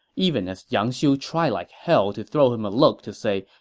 even as yang xiu tried like hell to throw him a look to say,